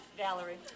Valerie